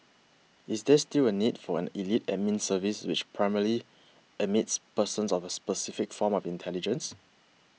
is there still a need for an elite Admin Service which primarily admits persons of a specific form of intelligence